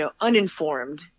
uninformed